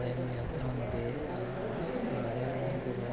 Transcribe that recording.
वयं यात्रामध्ये मलयाळं पूर्वम्